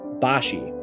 Bashi